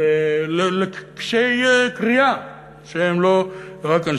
לקשי קריאה שהם לא רק,